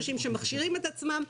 אנשים שמכשירים את עצמם,